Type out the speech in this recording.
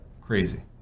crazy